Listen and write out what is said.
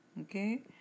okay